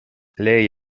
lei